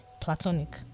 platonic